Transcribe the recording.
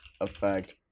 Effect